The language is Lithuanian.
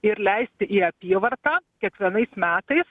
ir leisti į apyvartą kiekvienais metais